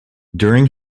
during